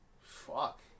fuck